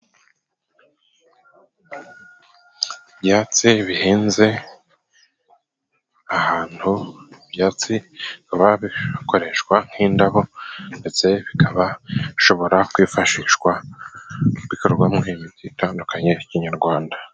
Ibyatse bihinze, ahantu ibyatsi biba bikoreshwa nk'indabo, ndetse bikaba bishobora kwifashishwa mu bikorwamo ibi byitandukanye kinyarwanda.